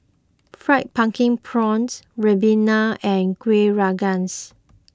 Fried Pumpkin Prawns Ribena and Kueh Rengas